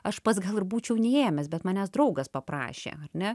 aš pats gal ir būčiau neėmęs bet manęs draugas paprašė ar ne